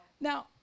Now